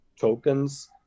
tokens